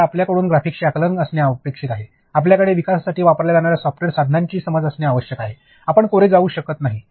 तर आपल्याकडून ग्राफिक्सचे आकलन असणे अपेक्षित आहे आपल्याकडे विकासासाठी वापरल्या जाणार्या सॉफ्टवेअर साधनांची समज असणे आवश्यक आहे आपण कोरे जाऊ शकत नाही